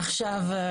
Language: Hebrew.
עכשיו,